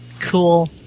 Cool